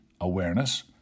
awareness